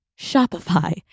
Shopify